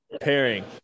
pairing